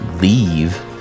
leave